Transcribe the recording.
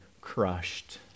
crushed